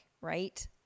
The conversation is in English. right